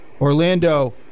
Orlando